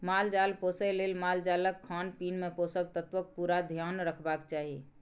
माल जाल पोसय लेल मालजालक खानपीन मे पोषक तत्वक पुरा धेआन रखबाक चाही